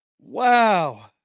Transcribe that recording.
Wow